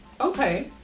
okay